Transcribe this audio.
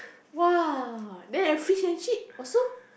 !wah! then and fish and chip also